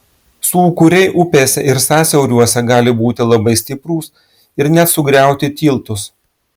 sūkuriai upėse ir sąsiauriuose gali būti labai stiprūs ir net sugriauti tiltus